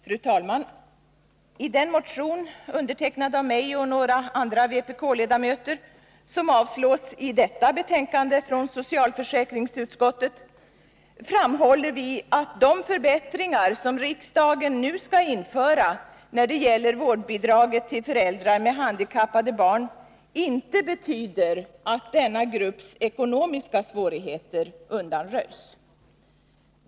Fru talman! I den motion, undertecknad av mig och några andra vpk-ledamöter, som avstyrkts i socialförsäkringsutskottets betänkande nr 18 framhåller vi, att de förbättringar som riksdagen nu skall införa när det gäller vårdbidraget till föräldrar med handikappade barn inte betyder att denna grupps ekonomiska svårigheter undanröjs.